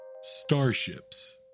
Starships